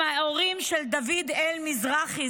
הם ההורים של דוד-אל מזרחי,